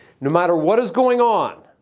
no matter what is going on,